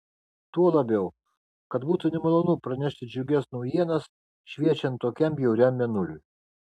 tuo labiau kad būtų nemalonu pranešti džiugias naujienas šviečiant tokiam bjauriam mėnuliui